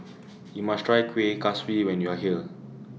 YOU must Try Kueh Kaswi when YOU Are here